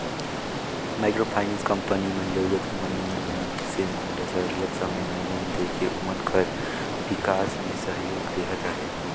micro finance company मन जरूरत मंद मइनसे मन ल सरलग समे में लोन देके ओमन कर बिकास में सहयोग देहत अहे